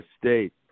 state